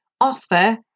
offer